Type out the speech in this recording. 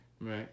Right